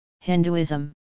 Hinduism